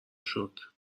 شکر